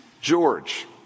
George